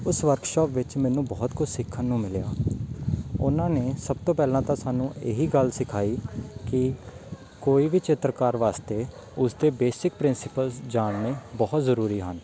ਉਸ ਵਰਕਸ਼ਾਪ ਵਿੱਚ ਮੈਨੂੰ ਬਹੁਤ ਕੁਛ ਸਿੱਖਣ ਨੂੰ ਮਿਲਿਆ ਉਹਨਾਂ ਨੇ ਸਭ ਤੋਂ ਪਹਿਲਾਂ ਤਾਂ ਸਾਨੂੰ ਇਹ ਹੀ ਗੱਲ ਸਿਖਾਈ ਕਿ ਕੋਈ ਵੀ ਚਿੱਤਰਕਾਰ ਵਾਸਤੇ ਉਸਦੇ ਬੇਸਿਕ ਪ੍ਰਿੰਸੀਪਲਜ਼ ਜਾਣਨੇ ਬਹੁਤ ਜ਼ਰੂਰੀ ਹਨ